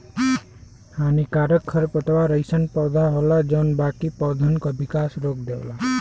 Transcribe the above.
हानिकारक खरपतवार अइसन पौधा होला जौन बाकी पौधन क विकास रोक देवला